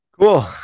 Cool